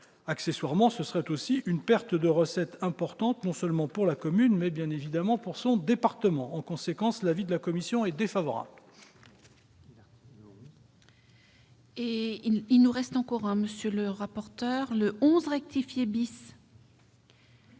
Accessoirement, ce serait aussi une perte de recettes importante, non seulement pour la commune, mais aussi pour son département. En conséquence, l'avis de la commission des finances